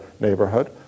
neighborhood